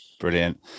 brilliant